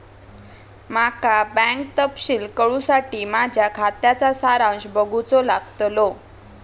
माका बँक तपशील कळूसाठी माझ्या खात्याचा सारांश बघूचो लागतलो